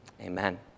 amen